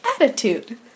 attitude